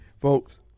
Folks